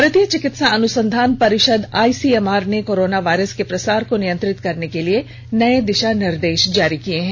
भारतीय चिकित्सा अनुसंधान परिषद ने कोरोना वायरस के प्रसार को नियंत्रित करने के लिए नए दिशा निर्देश जारी किए हैं